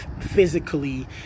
physically